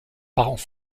parents